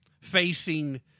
facing